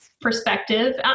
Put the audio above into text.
perspective